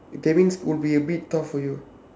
that means will be a bit tough for you